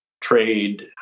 trade